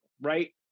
Right